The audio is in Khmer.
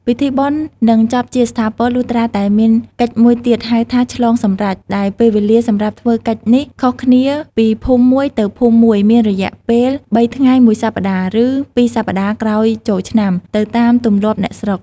ពិធីបុណ្យនឹងចប់ជាស្ថាពរ លុះត្រាតែមានកិច្ចមួយទៀតហៅថា ឆ្លងសម្រេច ដែលពេលវេលាសម្រាប់ធ្វើកិច្ចនេះខុសគ្នាពីភូមិមួយទៅភូមិមួយមានរយៈពេល ៣ ថ្ងៃ ១ សប្តាហ៍ ឬ ២ សប្តាហ៍ក្រោយចូលឆ្នាំ ទៅតាមទម្លាប់អ្នកស្រុក។